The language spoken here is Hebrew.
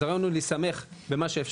אז הרעיון הוא להיסמך על חו"ל במה שאפשר